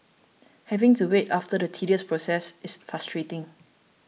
having to wait after the tedious process is frustrating